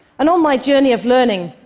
and on my journey of learning,